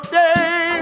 day